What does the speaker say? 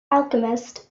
alchemist